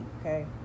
okay